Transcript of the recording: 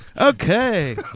Okay